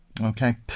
Okay